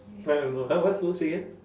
trying to know !huh! what who say again